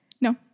No